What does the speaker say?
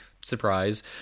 surprise